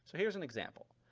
so here's an example.